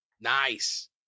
Nice